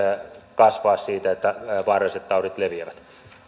kasvaa siitä että vaaralliset taudit leviävät